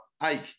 Ike